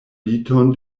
liton